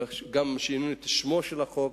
וגם שינינו את שמו של החוק,